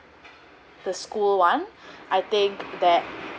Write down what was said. the school one I think that